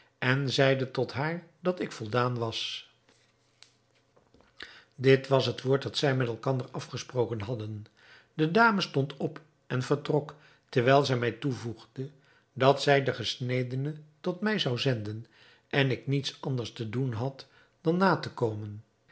en zeide tot haar dat ik voldaan was dit was het woord dat zij met elkander afgesproken hadden de dame stond op en vertrok terwijl zij mij toevoegde dat zij den gesnedene tot mij zou zenden en ik niets anders te doen had dan na te komen